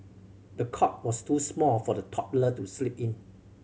the cot was too small for the toddler to sleep in